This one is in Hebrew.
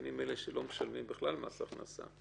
מסכנים אלה שלא משלמים בכלל מס הכנסה,